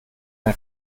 ein